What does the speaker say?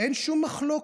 אין שום מחלוקת.